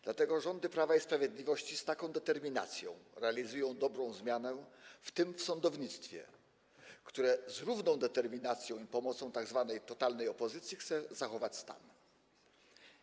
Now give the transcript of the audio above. Dlatego rządy Prawa i Sprawiedliwości z taką determinacją realizują dobrą zmianę, w tym w sądownictwie, które z równą determinacją i pomocą tzw. totalnej opozycji chce zachować istniejący stan.